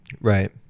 Right